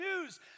news